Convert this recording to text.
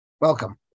welcome